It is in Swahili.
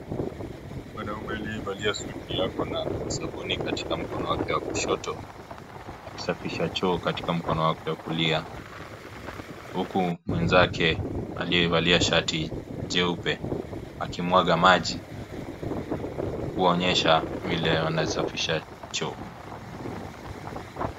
Mwanaume aliyevalia suti na ako na sabuni katika mkono wake wa kushoto akisafisha choo katika mkono wake wa kulia huku mwenzake aliyevalia shati nyeupe akimwaga maji kuonyesha vile wanasafisha choo.